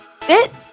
FIT